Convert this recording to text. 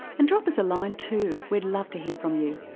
and drop us a line too, we'd love to hear from you.